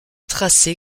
tracé